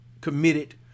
committed